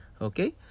Okay